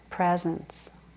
presence